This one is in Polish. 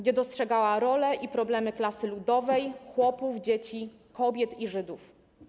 Dostrzegała rolę i problemy klasy ludowej, chłopów, dzieci, kobiet i Żydów.